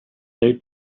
they